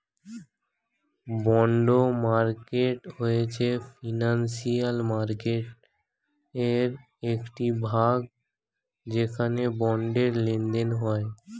bond market হয়েছে financial মার্কেটয়ের একটি ভাগ যেখানে বন্ডের লেনদেন হয়